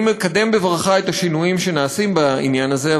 אני מקדם בברכה את השינויים שנעשים בעניין הזה,